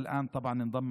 ועכשיו כמובן